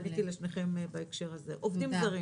עובדים זרים